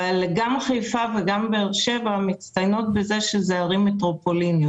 גם חיפה וגם באר שבע מצטיינות בכך שאלה הן ערים מטרופוליניות.